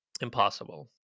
Impossible